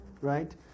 right